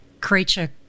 creature